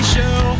Show